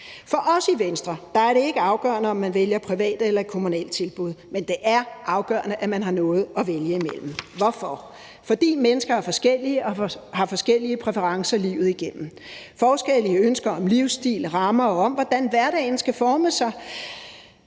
For os i Venstre er det ikke afgørende, om man vælger private eller kommunale tilbud, men det er afgørende, at man har noget at vælge mellem. Hvorfor? Fordi mennesker er forskellige og har forskellige præferencer livet igennem. Forskelle i ønsker om livsstil og rammer om, hvordan hverdagen skal formes,